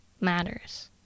matters